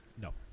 No